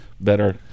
better